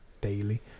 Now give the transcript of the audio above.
daily